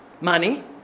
Money